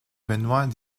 benoît